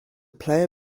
player